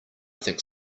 think